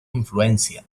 influencia